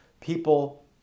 people